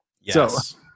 Yes